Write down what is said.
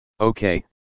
Okay